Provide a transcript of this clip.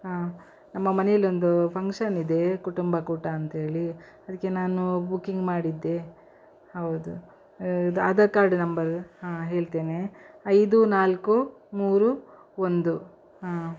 ಹಾ ನಮ್ಮ ಮನೆಯಲ್ಲೊಂದು ಫಂಕ್ಷನ್ ಇದೆ ಕುಟುಂಬ ಕೂಟ ಅಂತ್ಹೇಳಿ ಅದಕ್ಕೆ ನಾನು ಬುಕಿಂಗ್ ಮಾಡಿದ್ದೆ ಹೌದು ಇದು ಆಧಾರ್ ಕಾರ್ಡ್ ನಂಬರ್ ಹಾ ಹೇಳ್ತೇನೆ ಐದು ನಾಲ್ಕು ಮೂರು ಒಂದು ಹಾ